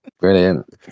Brilliant